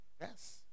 Yes